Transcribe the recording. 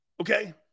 okay